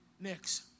next